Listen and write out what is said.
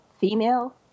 female